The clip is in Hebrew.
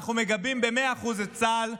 אנחנו מגבים במאה אחוז את צה"ל,